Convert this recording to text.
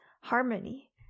harmony